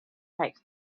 type